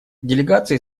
делегации